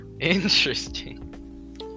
Interesting